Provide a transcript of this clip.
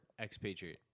Expatriate